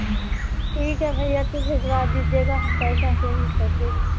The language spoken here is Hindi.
ठीक है भईया तो भिजवा दीजिएगा हम पैसा पेमेंट कर देंगे